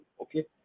Okay